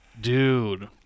dude